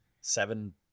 Seven